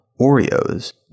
Oreo's